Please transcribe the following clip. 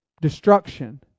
destruction